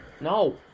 No